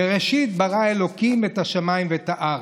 "בראשית ברא אלוקים את השמים ואת הארץ".